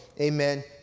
Amen